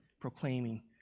proclaiming